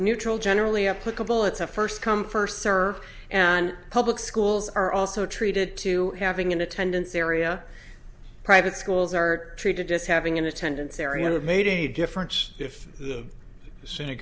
neutral generally applicable it's a first come first serve and public schools are also treated to having an attendance area private schools are treated as having an attendance area that made a difference if